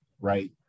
right